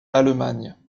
allemagne